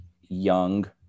young